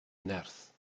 nerth